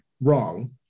wrong